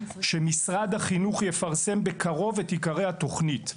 שמשרד החינוך יפרסם בקרוב את עיקרי התוכנית.